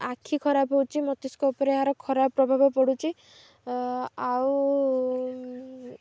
ଆଖି ଖରାପ ହେଉଛି ମସ୍ତିଷ୍କ ଉପରେ ଏହାର ଖରାପ ପ୍ରଭାବ ପଡ଼ୁଛି ଆଉ